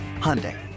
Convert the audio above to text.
Hyundai